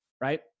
Right